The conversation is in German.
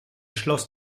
schloss